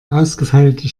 ausgefeilte